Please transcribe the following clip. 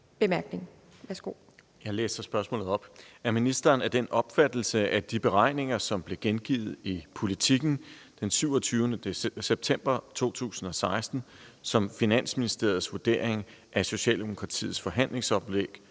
Engelbrecht (S): Jeg læser spørgsmålet op: Er ministeren af den opfattelse, at de beregninger, som blev gengivet i Politiken den 27. september 2016 som Finansministeriets vurdering af Socialdemokratiets forhandlingsoplæg